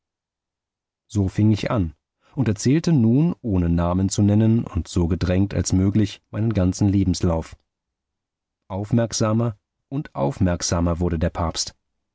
so fing ich an und erzählte nun ohne namen zu nennen und so gedrängt als möglich meinen ganzen lebenslauf aufmerksamer und aufmerksamer wurde der papst